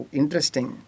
interesting